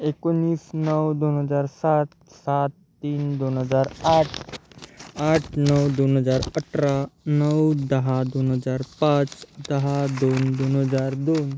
एकोणीस नऊ दोन हजार सात सात तीन दोन हजार आठ आठ नऊ दोन हजार अठरा नऊ दहा दोन हजार पाच दहा दोन दोन हजार दोन